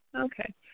Okay